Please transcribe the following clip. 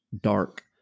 dark